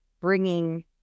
bringing